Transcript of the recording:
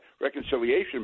reconciliation